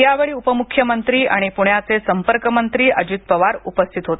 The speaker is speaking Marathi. यावेळी उपमुख्यमंत्री आणि पुण्याचे संपर्क मंत्री अजित पवार उपस्थित होते